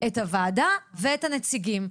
את הוועדה ואת הנציגים.